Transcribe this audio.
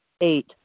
Eight